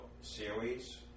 series